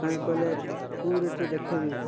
କାଇଁ କହିଲେ କେଉଁ ରେଟ୍ରେ ଦେଖେଇବି